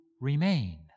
remain